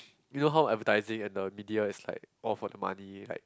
you know how advertising and the media is like all for the money like